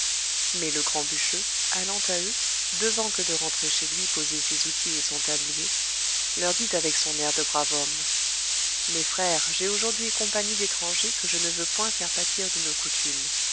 mais le grand bûcheux allant à eux devant que de rentrer chez lui poser ses outils et son tablier leur dit avec son air de brave homme mes frères j'ai aujourd'hui compagnie d'étrangers que je ne veux point faire pâtir de nos coutumes